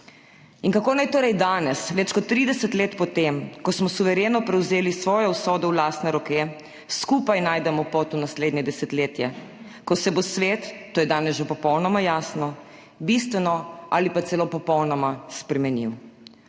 In kako naj torej danes, več kot 30 let po tem, ko smo suvereno prevzeli svojo usodo v lastne roke, skupaj najdemo pot v naslednje desetletje, ko se bo svet, to je danes že popolnoma jasno, bistveno ali pa celo popolnoma spremenil?